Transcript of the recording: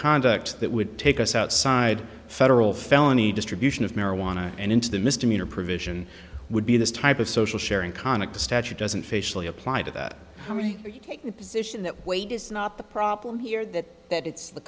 conduct that would take us outside federal felony distribution of marijuana and into the misdemeanor provision would be this type of social sharing conic the statute doesn't facially apply to that you take the position that weight is not the problem here that that it's the